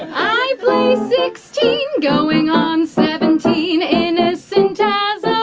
i play sixteen going on seventeen, innocent as